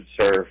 serve